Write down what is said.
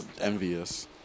envious